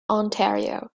ontario